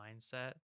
mindset